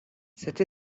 cette